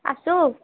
আছোঁ